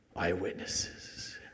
Eyewitnesses